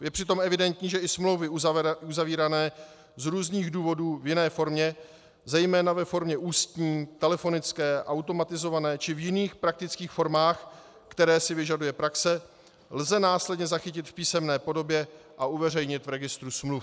Je přitom evidentní, že i smlouvy uzavírané z různých důvodů v jiné formě, zejména ve formě ústní, telefonické, automatizované či v jiných praktických formách, které si vyžaduje praxe, lze následně zachytit v písemné podobě a uveřejnit v registru smluv.